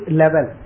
level